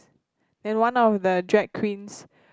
and one of the drag queens